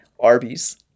Arby's